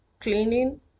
cleaning